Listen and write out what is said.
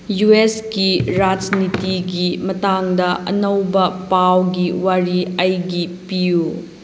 U ꯑꯦꯁꯀꯤ ꯔꯥꯖꯅꯤꯇꯤꯒꯤ ꯃꯇꯥꯡꯗ ꯑꯅꯧꯕ ꯄꯥꯎꯒꯤ ꯋꯥꯔꯤ ꯑꯩꯒꯤ ꯄꯤꯌꯨ